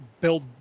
build